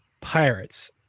Pirates